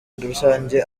rusange